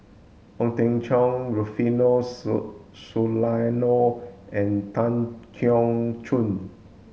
Ong Teng Cheong Rufino Soliano and Tan Keong Choon